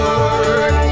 Lord